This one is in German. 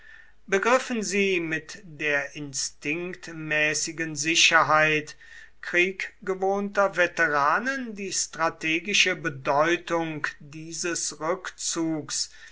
begriffen sie mit der instinktmäßigen sicherheit krieggewohnter veteranen die strategische bedeutung dieses rückzugs